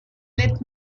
let